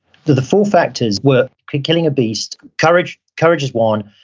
the the four factors were killing a beast. courage courage is one.